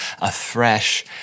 afresh